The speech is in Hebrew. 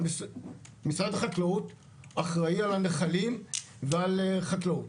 משרד החקלאות אחראי על הנחלים ועל החקלאות,